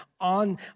on